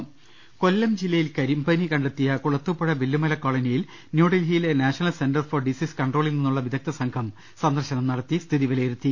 രിട്ട്ട്ടിട്ടിട്ടി കൊല്ലം ജില്ലയിൽ കരിമ്പനി കണ്ടെത്തിയ കുളത്തൂപ്പുഴ വില്ലുമല കോ ളനിയിൽ ന്യൂഡൽഹിയിലെ നാഷണൽ സെന്റർ ഫോർ ഡിസീസ് കൺ ട്രോളിൽനിന്നുള്ള വിദഗ്ധ സംഘം സന്ദർശനം നട്ത്തി സ്ഥിതി വിലയിരു ത്തി